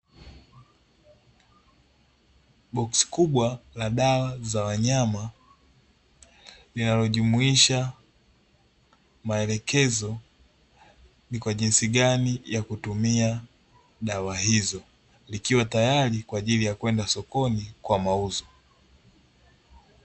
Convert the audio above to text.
Boksi kubwa la dawa za wanyama linalojumuisha maelekezo ni kwa jinsi gani ya kutumia dawa hizo, likiwa tayari kwa ajili ya kwenda sokoni kwa mauzo.